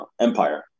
empire